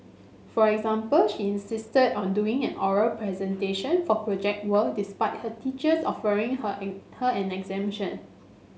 for example she insisted on doing an oral presentation for Project Work despite her teachers offering her her an exemption